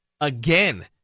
again